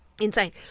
insane